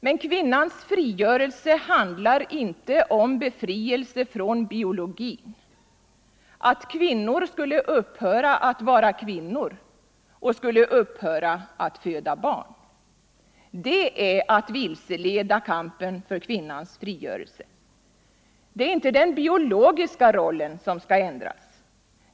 Men kvinnans frigörelse handlar inte om befrielse från biologin, att kvinnor skulle upphöra att vara kvinnor och upphöra att föda barn. Det är att vilseleda kampen för kvinnans frigörelse. Det är inte den biologiska rollen som skall ändras.